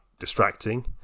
distracting